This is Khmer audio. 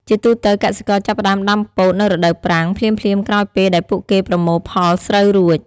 ជាទូទៅ កសិករចាប់ផ្ដើមដាំពោតនៅរដូវប្រាំង ភ្លាមៗក្រោយពេលដែលពួកគេប្រមូលផលស្រូវរួច។